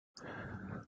there